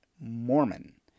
Mormon